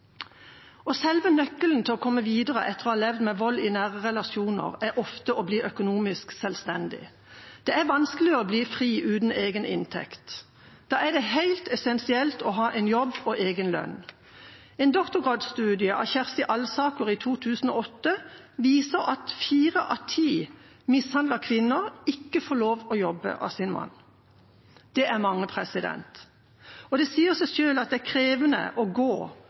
barn. Selve nøkkelen til å komme videre etter å ha levd med vold i nære relasjoner er ofte å bli økonomisk selvstendig. Det er vanskelig å bli fri uten egen inntekt. Da er det helt essensielt å ha en jobb og egen lønn. En doktorgradsstudie av Kjersti Alsaker i 2008 viser at fire av ti mishandlede kvinner ikke får lov av sin mann til å jobbe. Det er mange. Det sier seg selv at det er krevende å gå